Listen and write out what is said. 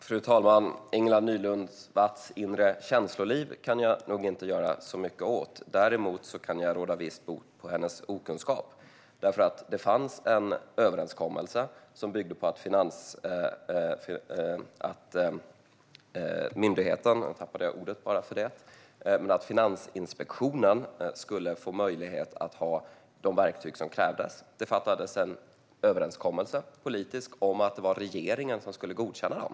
Fru talman! Ingela Nylund Watz inre känsloliv kan jag nog inte göra så mycket åt. Däremot kan jag råda viss bot på hennes okunskap. Det fanns en överenskommelse som byggde på att Finansinspektionen skulle få möjlighet att ha de verktyg som krävdes. Det ingicks en politisk överenskommelse om att det var regeringen som skulle godkänna dem.